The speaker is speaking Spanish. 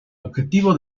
objetivo